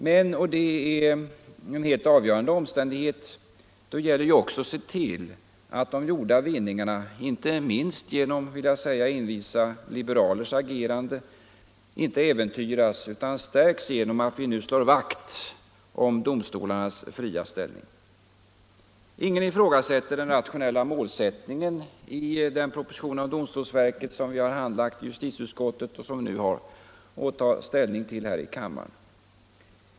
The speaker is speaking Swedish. Men — och det är en helt avgörande omständighet — då gäller det också att se till att de vinningar som gjorts, inte minst genom envisa liberalers agerande, inte äventyras utan stärks genom att vi nu slår vakt om domstolarnas fria ställning. Ingen ifrågasätter den rationella målsättningen i den proposition om domstolsverket som vi handlagt i justitieutskottet och nu har att ta ställning till här i kammaren.